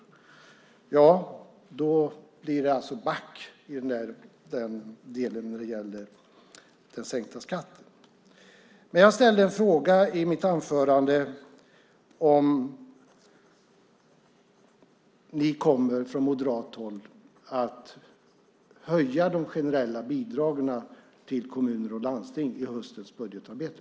Ja, då blir det back i den delen när det gäller den sänkta skatten. Jag ställde i mitt anförande en fråga om ni från moderat håll kommer att höja de generella bidragen till kommuner och landsting i höstens budgetarbete.